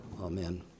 Amen